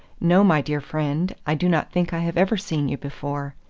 no, my dear friend, i do not think i have ever seen you before.